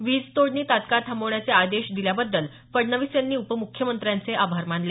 वीज तोडणी तत्काळ थांबवण्याचे आदेश दिल्याबद्दल फडणवीस यांनी उपमुख्यमंत्र्यांचे आभार मानले